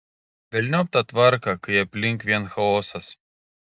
velniop tą tvarką kai aplink vien chaosas